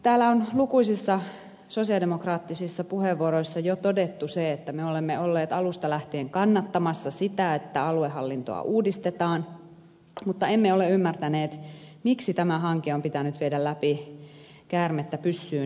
täällä on lukuisissa sosialidemokraattisissa puheenvuoroissa jo todettu se että me olemme olleet alusta lähtien kannattamassa sitä että aluehallintoa uudistetaan mutta emme ole ymmärtäneet miksi tämä hanke on pitänyt viedä läpi käärmettä pyssyyn meiningillä